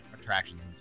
attractions